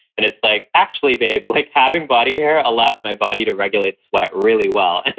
and it's like actually, babe, like having body hair allows my body to regulate sweat really well.